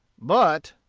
but,